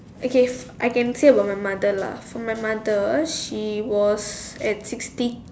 I guess I can say about my mother lah for my mother she was at sixty